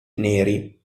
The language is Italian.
neri